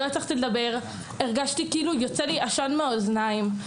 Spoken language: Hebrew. הרגשתי כאילו יוצא לי עשן מהאוזניים.